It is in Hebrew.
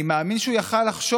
אני מאמין שהוא יכול היה לחשוב,